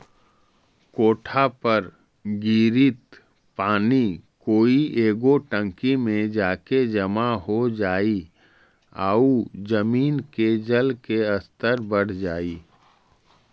कोठा पर गिरित पानी कोई एगो टंकी में जाके जमा हो जाई आउ जमीन के जल के स्तर बढ़ जाई